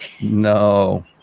No